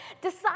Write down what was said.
Decide